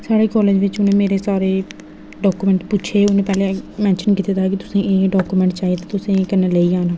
साढ़े कालेज बिच्च मेरे सारे डाकूमेंट पुच्छे हून पैह्ले मैंशन कीते दा कि तुसें एह् एह् डाकूमेंट चाहिदा ते तुसें एह् एह् कन्नै लेई आना